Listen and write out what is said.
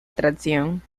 atracción